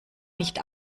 nicht